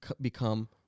become